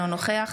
אינו נוכח